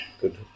good